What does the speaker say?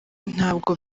ntabwo